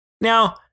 Now